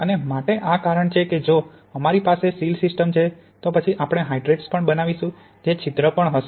અને માટે આ કારણ છે કે જો અમારી પાસે સીલ સિસ્ટમ છે તો પછી આપણે હાઇડ્રેટ્સ પણ બનાવીશું જે છિદ્ર પણ હશે